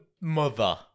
mother